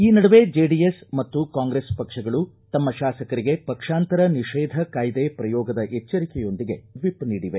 ಈ ನಡುವೆ ಜೆಡಿಎಸ್ ಮತ್ತು ಕಾಂಗ್ರೆಸ್ ಪಕ್ಷಗಳು ತಮ್ಮ ಶಾಸಕರಿಗೆ ಪಕ್ಷಾಂತರ ನಿಷೇಧ ಕಾಯಿದೆ ಪ್ರಯೋಗದ ಎಚ್ಚರಿಕೆಯೊಂದಿಗೆ ವಿಪ್ ನೀಡಿವೆ